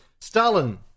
Stalin